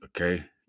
okay